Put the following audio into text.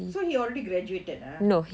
so he already graduated ah